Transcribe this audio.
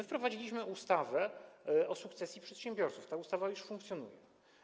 Wprowadziliśmy ustawę o sukcesji przedsiębiorców, ta ustawa już funkcjonuje.